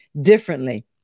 differently